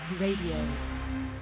radio